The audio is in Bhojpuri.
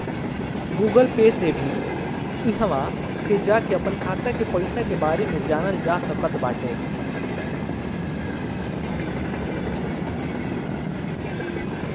गूगल पे से भी इहवा पे जाके अपनी खाता के पईसा के बारे में जानल जा सकट बाटे